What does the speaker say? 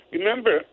Remember